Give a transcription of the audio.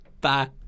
Bye